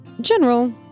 general